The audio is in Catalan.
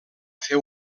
fer